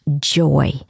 joy